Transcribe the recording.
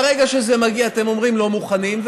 ברגע שזה מגיע אומרים לא מוכנים,